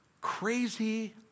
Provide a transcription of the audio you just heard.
crazy